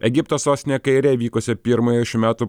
egipto sostinėje kaire vykusio pirmojo šių metų